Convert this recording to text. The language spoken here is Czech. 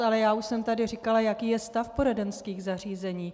Ale já už jsem tady říkala, jaký je stav poradenských zařízení.